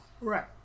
Right